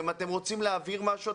אם אתם רוצים להעביר משהו,